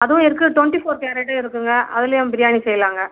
அதுவும் இருக்குது twenty four கேரட்டும் இருக்குங்க அதுலேயும் பிரியாணி செய்யலாங்க